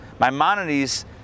Maimonides